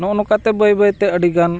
ᱱᱚᱜᱼᱚ ᱱᱚᱝᱠᱟᱛᱮ ᱵᱟᱹᱭ ᱵᱟᱹᱭᱛᱮ ᱟᱹᱰᱤ ᱜᱟᱱ